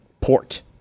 port